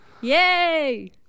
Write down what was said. Yay